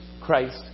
Christ